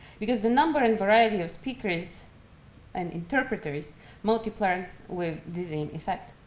because the number and variety of speakers and interpreters multiplies with dizzying effect.